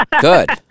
good